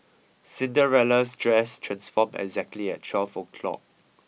Cinderella's dress transformed exactly at twelve o'clock